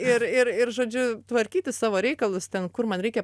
ir ir ir žodžiu tvarkyti savo reikalus ten kur man reikia